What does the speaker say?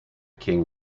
king